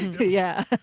yeah.